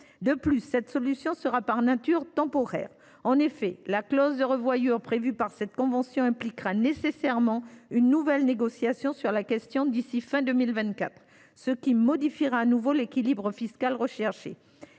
De plus, cette solution sera par nature temporaire. En effet, la clause de revoyure prévue par la convention impliquera nécessairement une nouvelle négociation sur la question d’ici à la fin de l’année 2024. Cela modifiera à nouveau l’équilibre fiscal recherché.